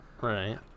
Right